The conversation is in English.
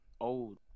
old